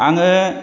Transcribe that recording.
आङो